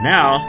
Now